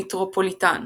מיטרופוליטן